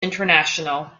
international